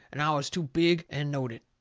and now i was too big and knowed it.